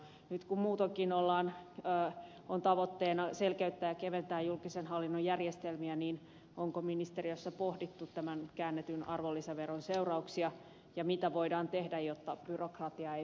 nyt kun muutoinkin on tavoitteena selkeyttää ja keventää julkisen hallinnon järjestelmiä niin onko ministeriössä pohdittu tämän käännetyn arvonlisäveron seurauksia ja mitä voidaan tehdä jotta byrokratia ei pelätysti lisääntyisi